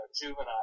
juvenile